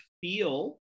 feel